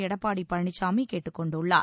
எடப்பாடி பழனிசாமி கேட்டுக் கொண்டுள்ளார்